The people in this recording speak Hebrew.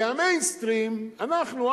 וה"מיינסטרים" אנחנו,